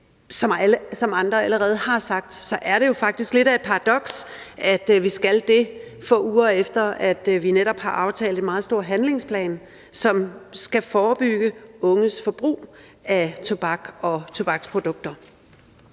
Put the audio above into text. som andre allerede har sagt, er det jo faktisk lidt af et paradoks, at vi skal det, få uger efter at vi netop har aftalt en meget stor handlingsplan, som skal forebygge unges forbrug af tobak og tobaksprodukter.